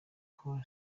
col